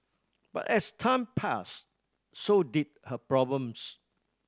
but as time passed so did her problems